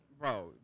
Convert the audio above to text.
Bro